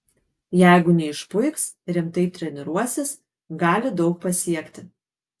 jeigu neišpuiks rimtai treniruosis gali daug pasiekti